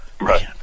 Right